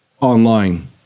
Online